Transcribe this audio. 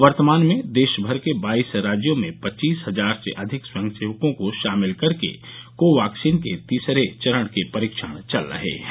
वर्तमान में देश भर के बाईस राज्यों में पच्चीस हजार से अधिक स्वयंसेवकों को शामिल करके कोवाक्सिन के तीसरे चरण के परीक्षण चल रहे हैं